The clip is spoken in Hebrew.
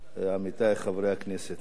עמיתי חברי הכנסת,